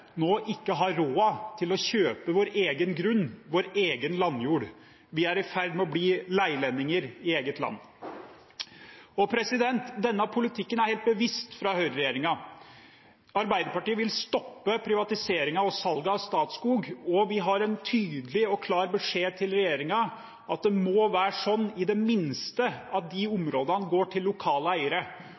nå ikke har råd til å kjøpe vår egen grunn, vår egen landjord. Vi er i ferd med å bli leilendinger i eget land. Denne politikken er helt bevisst fra Høyre-regjeringen. Arbeiderpartiet vil stoppe privatiseringen og salget av Statskog, og vi har en tydelig og klar beskjed til regjeringen om at det i det minste må være sånn at de områdene går til lokale eiere.